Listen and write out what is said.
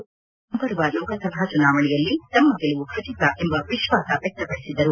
ಪರಿಣಾಮವಾಗಿ ಮುಂಬರುವ ಲೋಕಸಬಾ ಚುನಾವಣೆಯಲ್ಲಿ ತಮ್ಮ ಗೆಲುವು ಖಚಿತ ಎಂಬ ವಿಶ್ವಾಸ ವ್ಯಕ್ತಪಡಿಸಿದರು